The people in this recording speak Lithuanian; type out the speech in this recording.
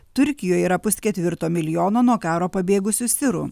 turkijoj yra pusketvirto milijono nuo karo pabėgusių sirų